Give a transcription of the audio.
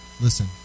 listen